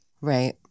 Right